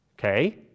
okay